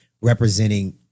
representing